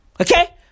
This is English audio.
okay